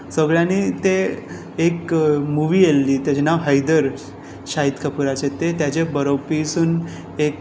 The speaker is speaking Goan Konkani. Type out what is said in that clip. सगळ्यांनी ते एक मुवी येल्ली ताचें नांव हैदर शाहिद कपूराचे ते ताचे बरोवपी सून एक